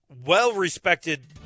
well-respected